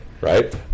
right